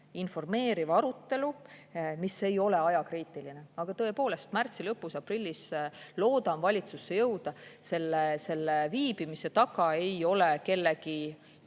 informeeriv arutelu, mis ei ole ajakriitiline, aga tõepoolest, märtsi lõpus, aprillis loodan valitsusse jõuda. Selle viibimise taga ei ole kellegi